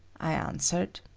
i answered.